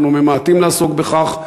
אנחנו ממעטים לעסוק בכך,